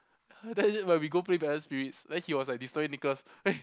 then is it when we go play Battle Spirits then he was like disturbing Nicholas eh